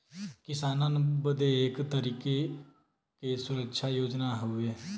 किसानन बदे एक तरीके के सुरक्षा योजना हउवे